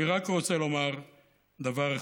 אני רק רוצה לומר דבר אחד: